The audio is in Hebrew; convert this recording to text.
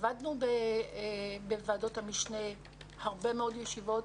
עבדנו בוועדות המשנה וקיימנו הרבה מאוד ישיבות